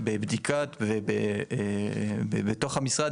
בבדיקת ובתוך המשרד,